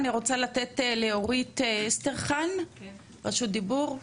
אני רוצה לתת לאורית אסטרחן את רשות הדיבור,